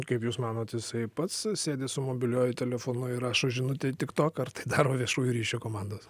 kaip jūs manot jisai pats sėdi su mobiliuoju telefonu ir rašo žinutę į tiktoką ar tai daro viešųjų ryšių komandos